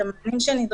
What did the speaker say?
את הנתונים שנדרשים,